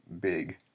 big